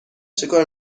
چکار